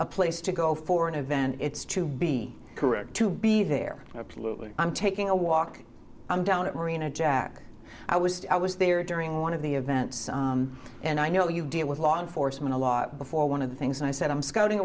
a place to go for an event it's to be correct to be there polluting i'm taking a walk i'm down at marina jack i was i was there during one of the events and i know you deal with law enforcement a lot before one of the things i said i'm scouting